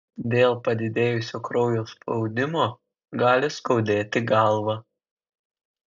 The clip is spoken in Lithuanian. dėl padidėjusio kraujo spaudimo gali skaudėti galvą